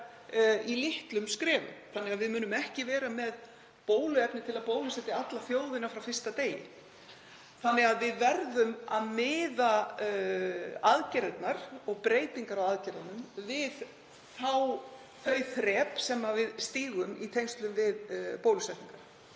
í litlum skrefum, þannig að við munum ekki vera með bóluefni til að bólusetja alla þjóðina frá fyrsta degi. Við verðum því að miða aðgerðirnar og breytingar á aðgerðunum við þau skref sem við stígum í tengslum við bólusetningar.